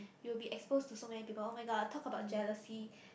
you'll be exposed to so many people oh-my-god talk about jealousy